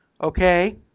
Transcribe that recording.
okay